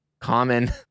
Common